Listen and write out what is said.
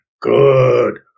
good